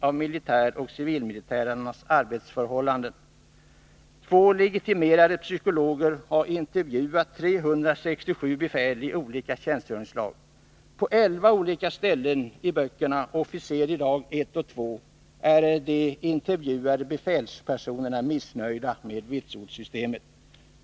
av militärers och civilmilitärers arbetsförhållanden visar också att systemet måste ändras. Två legitimerade psykologer har intervjuat 367 befäl i olika tjänstgöringsslag. På 11 olika ställen i böckerna Officer idag 1 och 2 är de intervjuade befälspersonerna missnöjda med vitsordssystemet.